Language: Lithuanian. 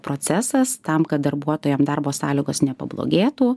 procesas tam kad darbuotojam darbo sąlygos nepablogėtų